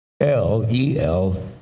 L-E-L